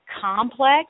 complex